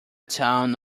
town